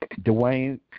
Dwayne